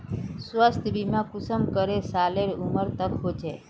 स्वास्थ्य बीमा कुंसम करे सालेर उमर तक होचए?